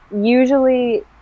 usually